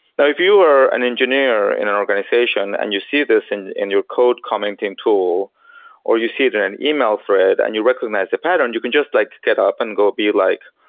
now if you are an engineer in an organization and you see this in in your code commenting tool or you see it in an email thread and you recognize the pattern, you can just like get up and go be like,